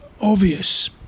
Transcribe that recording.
obvious